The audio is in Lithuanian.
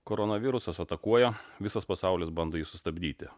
koronavirusas atakuoja visas pasaulis bando jį sustabdyti